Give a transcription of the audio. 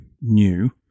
new